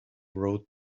wrote